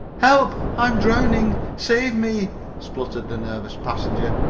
help! i am drowning! save me! spluttered the nervous passenger.